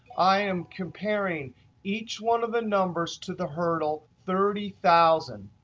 i am comparing each one of the numbers to the hurdle, thirty thousand